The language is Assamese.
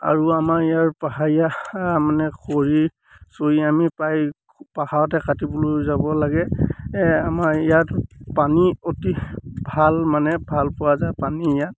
আৰু আমাৰ ইয়াৰ পাহাৰীয়া মানে খৰি চৰি আমি প্ৰায় পাহাৰতে কাটিবলৈ যাব লাগে আমাৰ ইয়াত পানী অতি ভাল মানে ভাল পোৱা যায় পানী ইয়াত